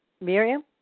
Miriam